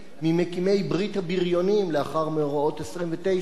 ממקימי "ברית הבריונים" לאחר מאורעות 1929,